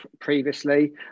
previously